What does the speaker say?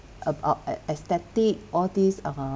about aesthetic all this uh